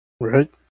Right